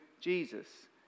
Jesus